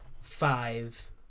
five